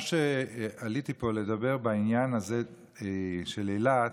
מה שעליתי פה לדבר בעניין הזה של אילת